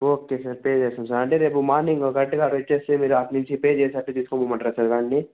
okay sir pay చేస్తాను sir అంటే రేపు మార్నింగు కరెక్టుగా అక్కడికి వచ్చేస్తే మీరు అటునుంచి పే చేశాక తీసుకుపొమ్మంటారా వ్యానుని